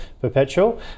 Perpetual